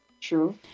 True